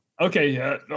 Okay